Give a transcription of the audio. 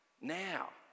now